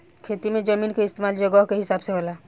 खेती मे जमीन के इस्तमाल जगह के हिसाब से होला